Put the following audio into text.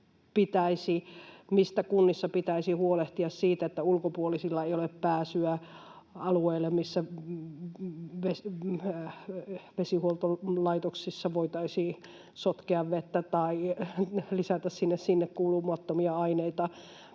mistä kunnissa pitäisi huolehtia: siitä, että ulkopuolisilla ei ole pääsyä alueelle, missä vesihuoltolaitoksissa voitaisiin sotkea vettä tai lisätä siihen sinne kuulumattomia aineita,